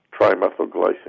trimethylglycine